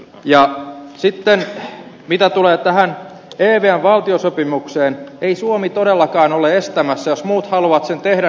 mitä sitten tulee tähän evm valtiosopimukseen ei suomi todellakaan ole estämässä jos muut haluavat sen tehdä